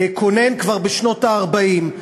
וכונן כבר בשנות ה-40.